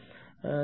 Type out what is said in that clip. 96978